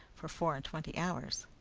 for four-and-twenty hours.